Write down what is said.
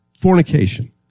fornication